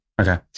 Okay